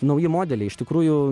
nauji modeliai iš tikrųjų